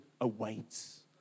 awaits